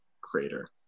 crater